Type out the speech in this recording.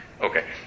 Okay